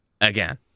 again